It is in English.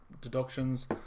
Deductions